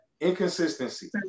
Inconsistency